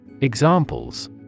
Examples